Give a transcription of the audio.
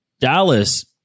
Dallas